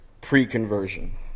pre-conversion